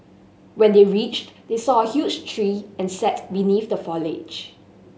when they reached they saw a huge tree and sat beneath the foliage